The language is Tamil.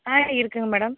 ஆ இருக்குங்க மேடம்